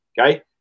okay